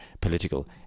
political